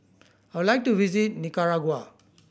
I would like to visit Nicaragua